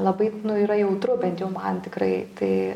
labai nu yra jautru bent jau man tikrai tai